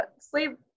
sleep